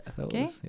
okay